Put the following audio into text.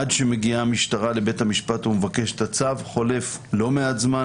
עד שמגיעה המשטרה לבית המשפט ומבקשת את הצו חולף לא מעט זמן